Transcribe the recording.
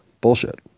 bullshit